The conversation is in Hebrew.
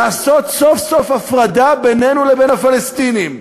לעשות סוף-סוף הפרדה בינינו לבין הפלסטינים,